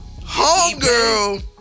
Homegirl